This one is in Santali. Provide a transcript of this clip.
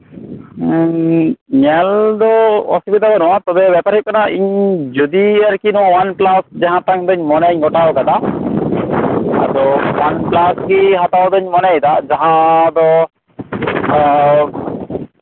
ᱧᱮᱞᱫᱚ ᱚᱥᱩᱵᱤᱛᱷᱟ ᱵᱟᱹᱱᱩᱜᱼᱟ ᱛᱚᱵᱮ ᱵᱮᱯᱟᱨ ᱦᱳᱭᱳᱜ ᱠᱟᱱᱟ ᱤᱧ ᱡᱚᱫᱤ ᱟᱨ ᱠᱤ ᱱᱚᱶᱟ ᱚᱣᱟᱱ ᱯᱞᱟᱥ ᱡᱟᱦᱟᱸᱴᱟᱝ ᱫᱚᱧ ᱢᱚᱱᱮᱧ ᱜᱚᱴᱟᱣ ᱟᱠᱟᱫᱟ ᱛᱚ ᱚᱣᱟᱱ ᱯᱞᱟᱥ ᱜᱮ ᱦᱟᱛᱟᱣ ᱫᱚᱧ ᱢᱚᱱᱮᱭᱮᱫᱟ ᱡᱟᱦᱟᱸ ᱫᱚ